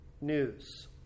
news